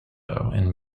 and